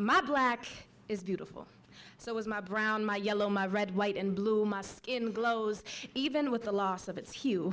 my black is beautiful so is my brown my yellow my red white and blue my skin glows even with the loss of its hue